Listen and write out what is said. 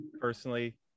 personally